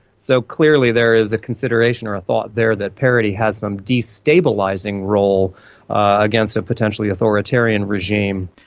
so clearly there is a consideration or a thought there that parody has some destabilising role against a potentially authoritarian regime.